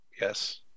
yes